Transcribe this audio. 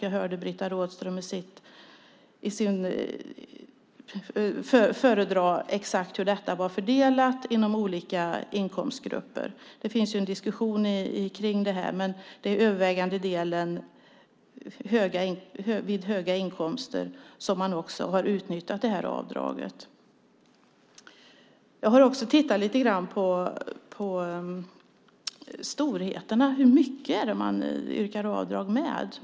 Jag hörde Britta Rådström föredra exakt hur detta var fördelat inom olika inkomstgrupper. Det finns ju en diskussion om det här, men det är till övervägande delen vid höga inkomster som man har utnyttjat det här avdraget. Jag har också tittat lite grann på storheterna, hur mycket det är som de yrkar avdrag med.